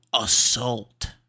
assault